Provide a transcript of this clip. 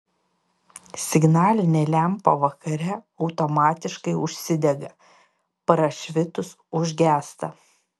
signalinė lempa vakare automatiškai užsidega prašvitus užgęsta